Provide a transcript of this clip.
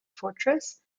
fortress